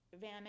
Van